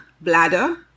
bladder